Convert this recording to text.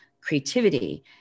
creativity